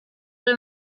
that